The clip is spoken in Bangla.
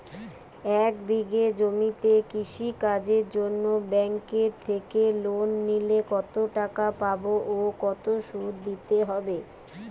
এক বিঘে জমিতে কৃষি কাজের জন্য ব্যাঙ্কের থেকে লোন নিলে কত টাকা পাবো ও কত শুধু দিতে হবে?